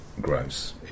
gross